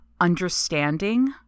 understanding